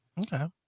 Okay